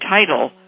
title